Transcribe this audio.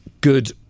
good